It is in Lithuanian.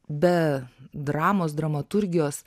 be dramos dramaturgijos